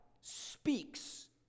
speaks